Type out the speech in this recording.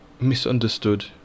misunderstood